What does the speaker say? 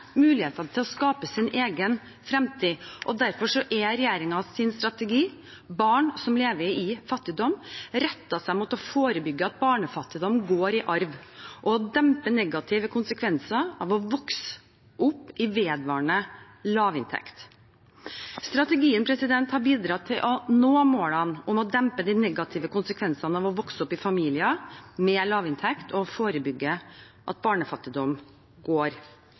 mulighetene til å skape sin egen fremtid. Derfor er regjeringens strategi for barn som lever i fattigdom, rettet mot å forebygge at barnefattigdom går i arv og dempe negative konsekvenser av å vokse opp under vedvarende lavinntekt. Strategien har bidratt til å nå målene om å dempe de negative konsekvensene av å vokse opp i familier med lavinntekt og forebygge at barnefattigdom går